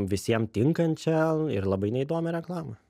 visiem tinkančią ir labai neįdomią reklamą